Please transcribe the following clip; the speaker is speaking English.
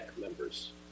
members